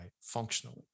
functionally